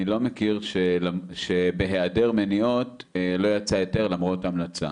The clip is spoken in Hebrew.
אני לא מכיר שבהיעדר מניעות לא יצא היתר למרות ההמלצה.